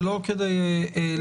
זה לא כדי לעכב,